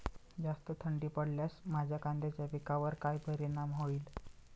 जास्त थंडी पडल्यास माझ्या कांद्याच्या पिकावर काय परिणाम होईल?